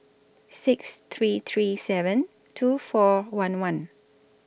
six three three seven two four one one